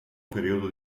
periodo